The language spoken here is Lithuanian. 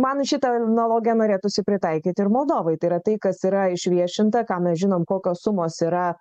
man šitą analogiją norėtųsi pritaikyti ir moldovai tai yra tai kas yra išviešinta ką mes žinom kokios sumos yra